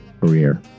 career